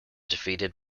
defeated